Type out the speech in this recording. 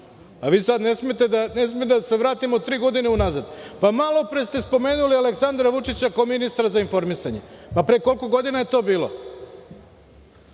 a mi sada ne smemo da se vratimo tri godine unazad. Pa malopre ste spomenuli Aleksandra Vučića, kao ministra za informisanje. Pa pre koliko godina je to bilo?